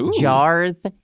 jars